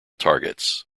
targets